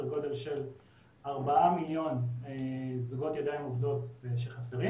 גודל של 4 מיליון זוגות ידיים עובדות שחסרים